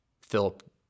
Philip